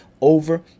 over